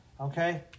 okay